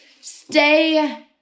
stay